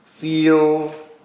feel